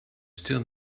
still